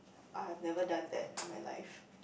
I have never done that in my life